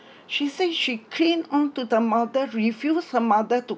she say she cling onto the mother refuse her mother to